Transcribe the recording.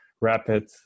rapid